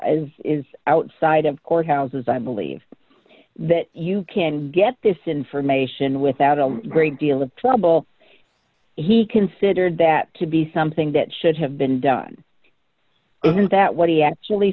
as is outside of courthouses i believe that you can get this information without a great deal of trouble he considered that to be something that should have been done under that what he actually